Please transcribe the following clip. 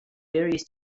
various